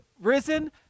risen